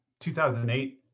2008